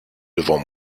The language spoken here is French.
devant